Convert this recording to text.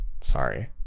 sorry